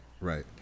Right